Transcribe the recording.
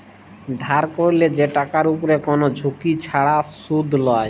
ধার ক্যরলে যে টাকার উপরে কোন ঝুঁকি ছাড়া শুধ লায়